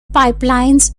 pipelines